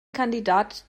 kandidat